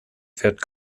fährt